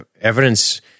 Evidence